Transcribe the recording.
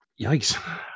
Yikes